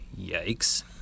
yikes